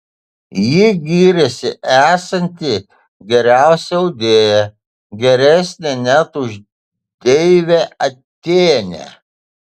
ji gyrėsi esanti geriausia audėja geresnė net už deivę atėnę